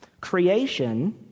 Creation